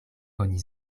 oni